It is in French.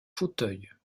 fauteuil